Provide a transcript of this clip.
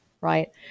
right